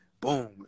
boom